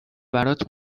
برات